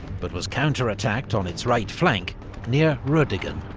but was counterattacked on its right flank near rodigen.